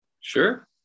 Sure